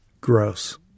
Gross